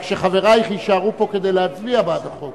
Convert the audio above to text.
רק שחברייך יישארו פה להצביע על החוק.